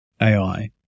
AI